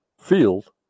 field